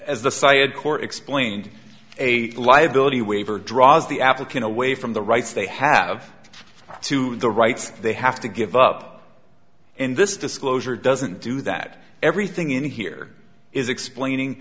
court explained a liability waiver draws the application away from the rights they have to the rights they have to give up and this disclosure doesn't do that everything in here is explaining